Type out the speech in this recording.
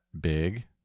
big